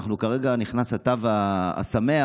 כרגע נכנס התו השמח,